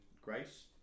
grace